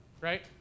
right